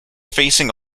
facing